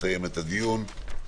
הישיבה נעולה.